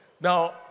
Now